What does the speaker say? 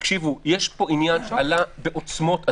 יש פה עניין שעלה בעוצמות אדירות,